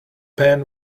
pan